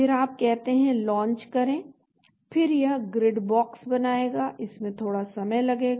फिर आप कहते हैं लॉन्च करें फिर यह ग्रिड बॉक्स बनाएगा इसमें थोड़ा समय लगेगा